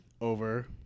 over